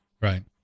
Right